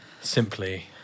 simply